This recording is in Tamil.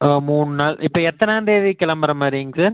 ஆ மூணு நாள் இப்போ எத்தனாந்தேதி கிளம்புற மாதிரிங்க சார்